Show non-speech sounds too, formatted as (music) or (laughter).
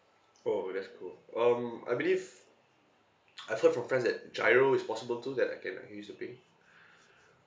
oh that's cool um I believe I've heard from friends that GIRO is possible too that I can uh use to pay (breath)